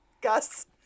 Gus